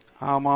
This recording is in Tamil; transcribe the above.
ஆமாம் அது சரி